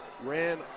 ran